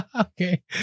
Okay